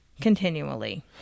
continually